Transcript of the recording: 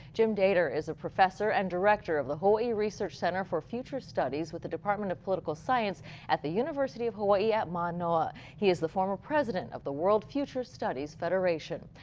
jim dator is professor and director of the hawaii research center for futures studies with the department of political science at the university of hawaii at manoa. he is the former president of the world futures studies federation.